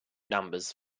numbers